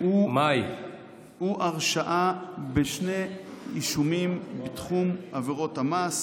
הוא הרשעה בשני אישומים בתחום עבירות המס